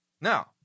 Now